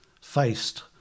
faced –